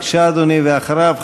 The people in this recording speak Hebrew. ואחריו,